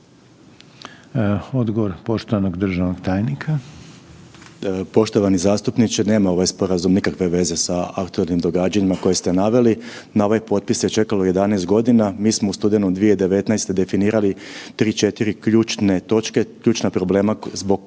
Odgovor poštovanog državnog tajnika. **Salapić, Josip (HDSSB)** Poštovani zastupniče nema ovaj sporazum nikakve veze sa aktualnim događanjima koje ste naveli. Na ovaj potpis se čekalo 11 godina. Mi smo u studenom 2019. definirali 3-4 ključne točke, ključna problema zbog